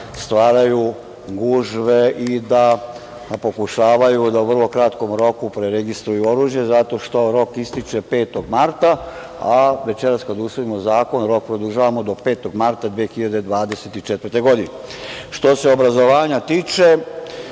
stvaraju gužve i da pokušavaju da u vrlo kratkom roku preregistruju oružje, zato što rok ističe 5. marta, a večeras kada usvojimo zakon rok produžavamo do 5. marta 2024. godine. Što se obrazovanja tiče,